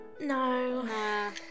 No